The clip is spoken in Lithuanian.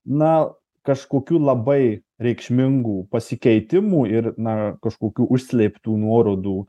na kažkokių labai reikšmingų pasikeitimų ir na kažkokių užslėptų nuorodų